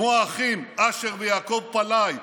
כמו האחים אשר ויעקב פלאי,